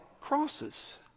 crosses